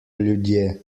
ljudje